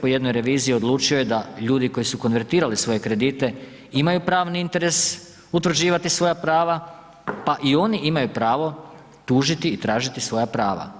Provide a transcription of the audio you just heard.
po jednoj reviziji odlučio je da ljudi koji su konvertirali svoje kredite imaju pravni interes utvrđivati svoja prava, pa i oni imaju pravo tužiti i tražiti svoja prava.